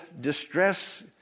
distress